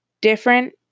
different